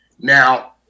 now